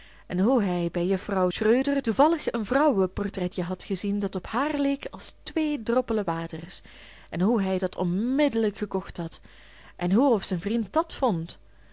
en hoe hij bij juffrouw schreuder toevallig een vrouweportretje had gezien dat op haar leek als twee droppelen waters en hoe hij dat onmiddellijk gekocht had en hoe of zijn vriend dat vond